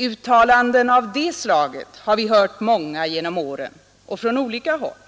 — Uttalanden av det Slaget har vi hört många genom åren — och från olika håll.